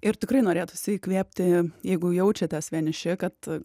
ir tikrai norėtųsi įkvėpti jeigu jaučiatės vieniši kad